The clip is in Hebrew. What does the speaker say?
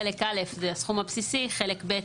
חלק א' זה הסכום הבסיסי, חלק ב'